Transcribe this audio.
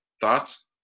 Thoughts